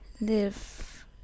live